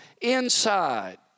inside